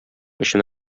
өчен